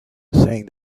saying